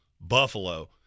Buffalo